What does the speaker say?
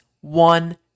one